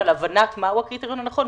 על הבנת מהו הקריטריון הנכון,